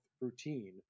routine